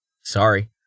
Sorry